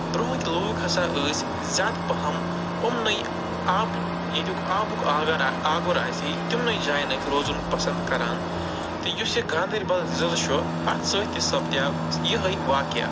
برۄنہٕکۍ لوٗکھ ہسا ٲسۍ زیادٕ پہم اُمنٕے آبہٕ یٔتیُک آبُک آگر آگُر آسی تِمنٕے جایَن ٲسۍ روزُن پَسنٛد کران تہٕ یُس یہِ گاندَربَل ضلعہٕ چھُ اَتھ سۭتۍ تہِ سَپدیو یِہٕے واقِعہ